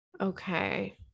okay